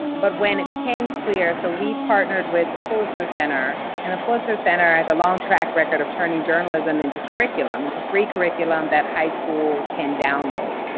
but when it became clear so we partnered with the pulitzer center. and the pulitzer center has a long track record of turning journalism into curriculum, into free curriculum that high schools can download.